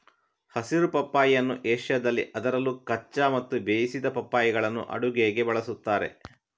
ಹಸಿರು ಪಪ್ಪಾಯಿಯನ್ನು ಏಷ್ಯಾದಲ್ಲಿ ಅದರಲ್ಲೂ ಕಚ್ಚಾ ಮತ್ತು ಬೇಯಿಸಿದ ಪಪ್ಪಾಯಿಗಳನ್ನು ಅಡುಗೆಗೆ ಬಳಸುತ್ತಾರೆ